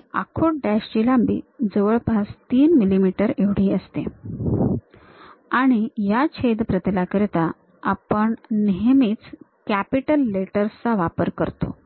आणि आखूड डॅश ची लांबी जवळपास ३ मिमी एवढी असते आणि या छेद प्रतलाकरिता आपण नेहमीच कॅपिटल लेटर्स चा वापर करतो